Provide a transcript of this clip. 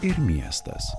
ir miestas